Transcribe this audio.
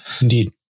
Indeed